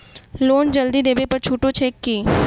Loan जल्दी देबै पर छुटो छैक की?